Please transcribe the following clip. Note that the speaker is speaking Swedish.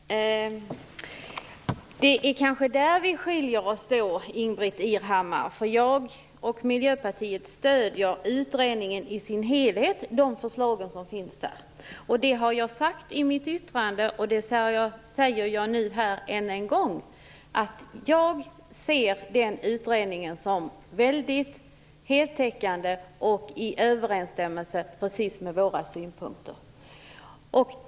Herr talman! Det är kanske i fråga om detta som vi skiljer oss åt, Ingbritt Irhammar, eftersom Miljöpartiet stöder utredningen i dess helhet, alla förslag som finns där. Det har jag sagt i mitt yttrande, och det säger jag även här igen. Jag ser den utredningen som mycket heltäckande och i överensstämmelse med Miljöpartiets synpunkter.